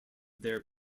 their